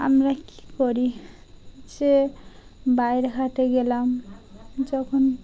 আমরা কী করি যে বাইরে ঘাটে গেলাম যখন